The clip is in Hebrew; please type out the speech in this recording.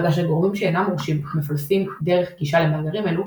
וכאשר גורמים שאינם מורשים מפלסים דרך גישה למאגרים אלו,